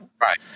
Right